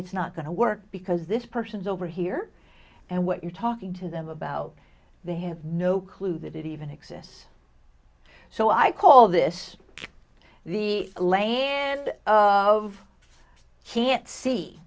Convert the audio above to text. it's not going to work because this person's over here and what you're talking to them about the has no clue that it even exists so i call this the land of can't see